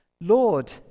Lord